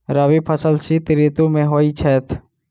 रबी फसल शीत ऋतु मे होए छैथ?